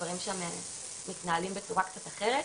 הדברים מתנהלים שם בצורה קצת אחרת.